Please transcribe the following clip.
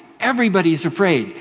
everybody's afraid.